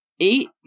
Eight